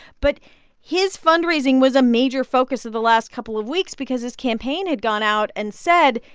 but his fundraising was a major focus of the last couple of weeks because his campaign had gone out and said,